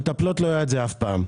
למטפלות לא היה את זה אף פעם.